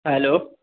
hello